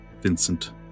Vincent